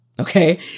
Okay